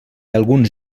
alguns